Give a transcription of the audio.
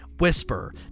Whisper